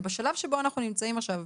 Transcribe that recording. אז בשלב שבו אנחנו נמצאים עכשיו,